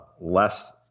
less